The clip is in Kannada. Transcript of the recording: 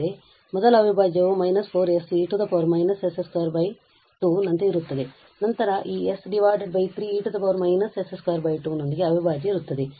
ಆದ್ದರಿಂದ ಮೊದಲ ಅವಿಭಾಜ್ಯವು −4se −s22 ನಂತೆ ಇರುತ್ತದೆ ಮತ್ತು ನಂತರ ಈ s 3e −s22 ನೊಂದಿಗೆ ಅವಿಭಾಜ್ಯ ಇರುತ್ತದೆ